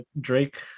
Drake